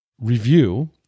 review